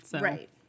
Right